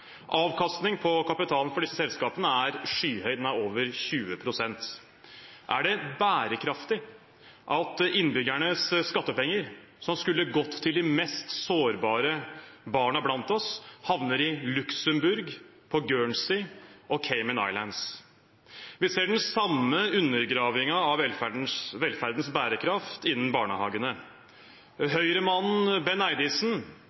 Avkastning på kapitalen for disse selskapene er skyhøy – den er over 20 pst. Er det bærekraftig at innbyggernes skattepenger, som skulle gått til de mest sårbare barna blant oss, havner i Luxembourg, på Guernsey og på Cayman Islands? Vi ser den samme undergravingen av velferdens bærekraft innen barnehagene. Høyre-mannen Benn Eidissen